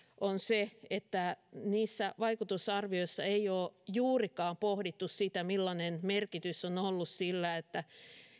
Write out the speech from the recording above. on se että niissä vaikutusarvioissa ei ole juurikaan pohdittu sitä millainen merkitys on on ollut sillä että